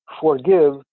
forgive